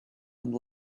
and